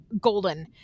golden